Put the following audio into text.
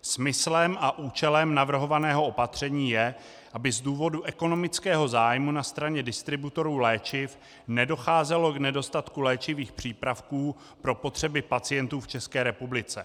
Smyslem a účelem navrhovaného opatření je, aby z důvodu ekonomického zájmu na straně distributorů léčiv nedocházelo k nedostatku léčivých přípravků pro potřeby pacientů v České republice.